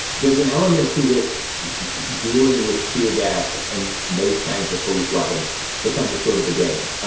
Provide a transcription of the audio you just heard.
there's an element to which dealing with tear gas and those kinds of police weapons becomes a sort of a game.